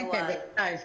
של מסטוואל.